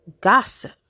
gossip